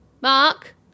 Mark